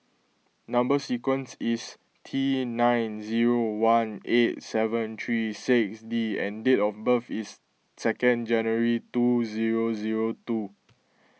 Number Sequence is T nine zero one eight seven three six D and date of birth is second January two zero zero two